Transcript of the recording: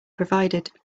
provided